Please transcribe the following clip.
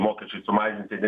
mokesčiai sumažinti